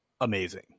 amazing